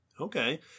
Okay